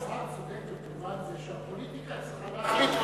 הוא צודק במובן זה שהפוליטיקה צריכה להחליט.